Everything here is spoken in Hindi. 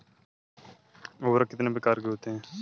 उर्वरक कितने प्रकार के होते हैं?